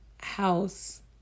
house